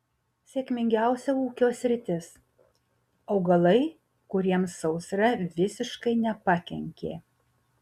sėkmingiausia ūkio sritis augalai kuriems sausra visiškai nepakenkė